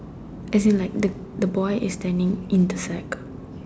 as like the the boy is standing in the sack